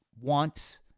wants